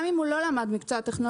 גם אם הוא לא למד מקצוע טכנולוגי,